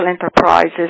enterprises